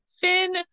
Finn